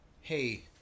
hey